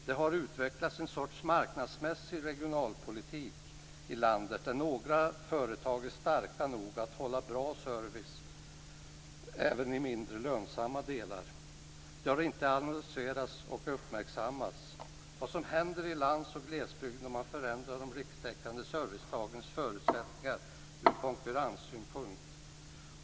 Det har utvecklats en sorts marknadsmässig regionalpolitik i landet där några företag är starka nog att hålla bra service även i mindre lönsamma delar. Det har inte annonserats och uppmärksammats vad som händer i lands och glesbygden om man förändrar de rikstäckande serviceföretagens förutsättningar ur konkurrenssynpunkt.